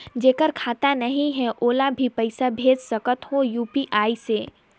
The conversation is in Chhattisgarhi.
जेकर खाता नहीं है ओला भी पइसा भेज सकत हो यू.पी.आई से?